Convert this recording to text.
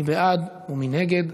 מי בעד ומי נגד?